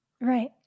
Right